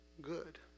good